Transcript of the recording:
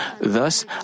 Thus